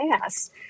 past